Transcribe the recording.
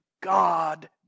God